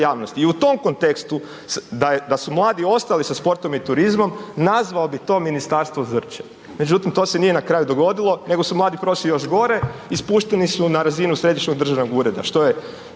I u tom kontekstu da su mladi ostali sa sportom i turizmom nazvao bi to ministarstvo Zrće. Međutim, to ne nije na kraju dogodilo nego su mladi prošli još gore i spušteni su na razinu središnjeg državnog ureda što je